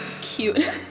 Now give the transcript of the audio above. Cute